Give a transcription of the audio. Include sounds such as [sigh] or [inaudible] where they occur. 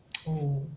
[noise] oh